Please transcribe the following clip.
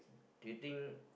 do you think